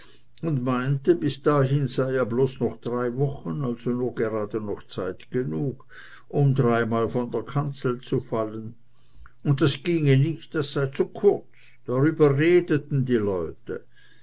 und meinte bis dahin sei ja bloß noch drei wochen also nur gerade noch zeit genug um dreimal von der kanzel zu fallen und das ginge nicht das sei zu kurz darüber redeten die leute